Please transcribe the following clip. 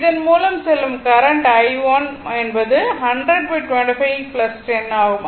இதன் மூலம் செல்லும் கரண்ட் i1 என்பது 100 25 10 ஆகும்